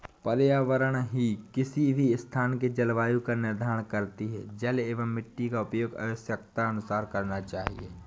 पर्यावरण ही किसी भी स्थान के जलवायु का निर्धारण करती हैं जल एंव मिट्टी का उपयोग आवश्यकतानुसार करना चाहिए